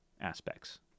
aspects